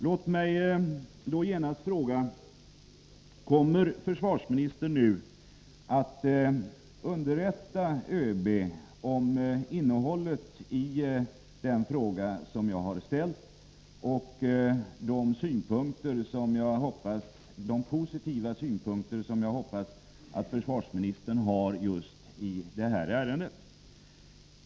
Låt mig då genast fråga: Kommer försvarsministern nu att underrätta ÖB om innehållet i den fråga som jag har ställt och om de positiva synpunkter som jag hoppas att försvarsministern har i detta ärende?